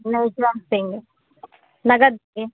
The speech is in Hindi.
नहीं देंगे नकद देंगे